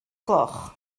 gloch